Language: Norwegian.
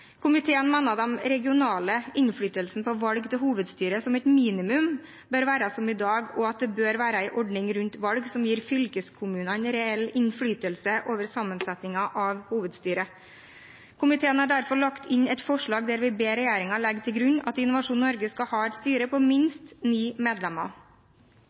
Komiteen mener den regionale innflytelsen på valg til hovedstyre som et minimum bør være som i dag, og at det bør være en ordning rundt valg som gir fylkeskommunene reell innflytelse over sammensetningen av hovedstyret. Komiteen ber derfor regjeringen legge til grunn at Innovasjon Norge skal ha et styre på minst ni medlemmer.